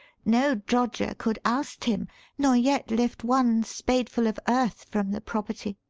no droger could oust him nor yet lift one spadeful of earth from the property.